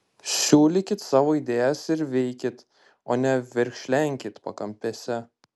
siūlykit savo idėjas ir veikit o ne verkšlenkit pakampėse